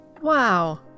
Wow